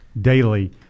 daily